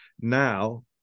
now